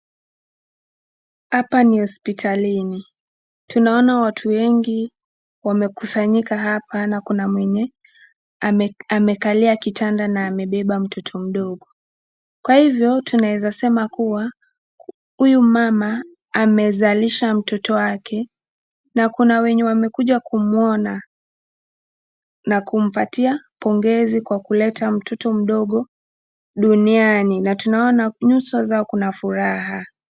Hapa ni hospitalini. Tunaona watu wengi wamekusanyika hapa na kuna mwenye amekalia kitanda na amebeba mtoto mdogo. Kwa hivyo, tunaweza sema kuwa huyu mama amezalisha mtoto wake na kuna wenye wamekuja kumuona na kumpatia pongezi kwa kuleta mtoto mdogo duniani. Na tunaona nyuso zao kuna furaha.